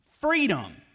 freedom